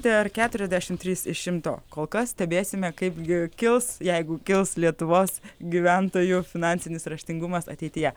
keturiasdešimt trys iš šimto kol kas stebėsime kaip gi kils jeigu kils lietuvos gyventojų finansinis raštingumas ateityje